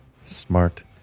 smart